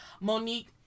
Monique